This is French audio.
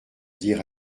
dire